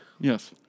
Yes